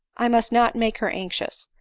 i must not make her anxious.